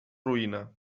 roïna